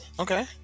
okay